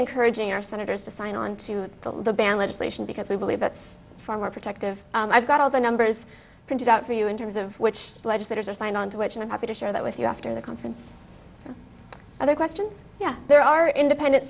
encouraging our senators to sign on to the ban legislation because we believe that's far more protective i've got all the numbers printed out for you in terms of which legislators are signed onto which and i'm happy to share that with you after the conference for other questions yeah there are independent